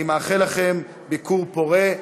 אני מאחל לכם ביקור פורה,